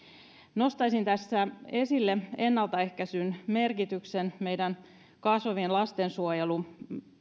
nostaisin tässä esille ennaltaehkäisyn merkityksen meidän kasvavien lastensuojelun